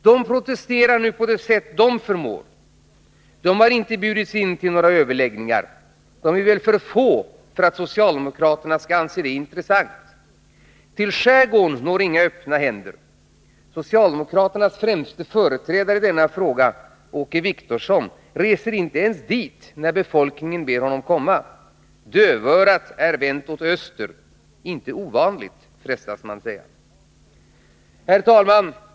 De protesterar nu på det sätt som de förmår. De har inte bjudits in till några överläggningar. De är väl för få för att socialdemokraterna skall anse det intressant. Till skärgården når inga öppna händer. Socialdemokraternas främste företrädare i denna fråga, Åke Wictorsson, reser inte ens dit, när befolkningen ber honom komma. Dövörat är vänt åt öster — inte ovanligt, frestas man säga. Herr talman!